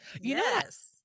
Yes